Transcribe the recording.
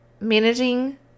managing